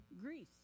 Greece